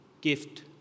gift